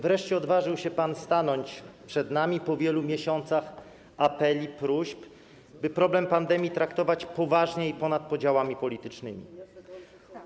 Wreszcie odważył się pan stanąć przed nami po wielu miesiącach apeli, próśb, by problem pandemii traktować poważnie i ponad podziałami politycznymi.